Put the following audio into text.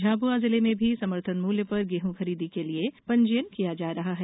झाबुआ जिले में भी समर्थन मूल्य पर गेहूं खरीदी के लिए पंजीयन किया जा रहा है